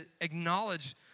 acknowledge